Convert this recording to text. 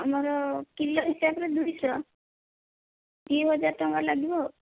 ଆମର କିଲୋ ହିସାବରେ ଦୁଇଶହ ଦୁଇ ହଜାର ଟଙ୍କା ଲାଗିବ ଆଉ